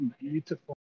beautiful